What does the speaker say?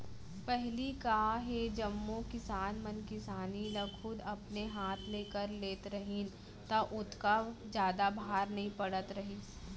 पहिली का हे जम्मो किसान मन किसानी ल खुद अपने हाथ ले कर लेत रहिन त ओतका जादा भार नइ पड़त रहिस